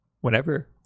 Whenever